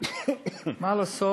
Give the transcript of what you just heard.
מה לעשות,